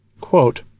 quote